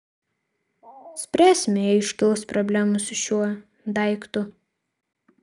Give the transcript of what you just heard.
spręsime jei iškils problemų su šiuo daiktu